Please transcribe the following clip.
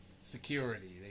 security